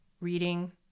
reading